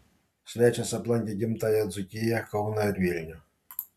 svečias aplankė gimtąją dzūkiją kauną ir vilnių